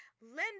Linda